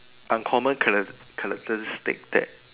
uncommon chara~ characteristics that